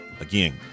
Again